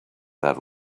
that